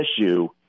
issue